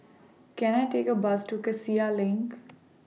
Can I Take A Bus to Cassia LINK